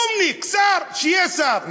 כלומניק, שר, שיהיה שר.